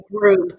group